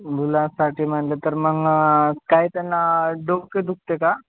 मुलासाठी म्हटलं तर मग काय त्यांना डोके दुखते का